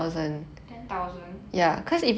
ten thousand